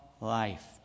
life